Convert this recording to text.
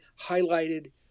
highlighted